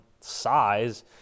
size